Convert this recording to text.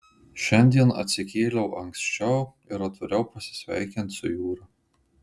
šiandien atsikėliau anksčiau ir atvariau pasisveikint su jūra